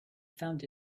found